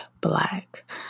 black